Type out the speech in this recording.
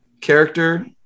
character